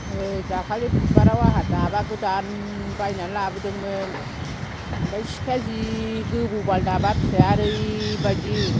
औ दाखोलि बुदबाराव आंहा दाबा गोदान बायनानै लाबोदोंमोन ओमफ्राय सिखाया जि गोबौ बाल दाबा फिसाया ओरैबायदि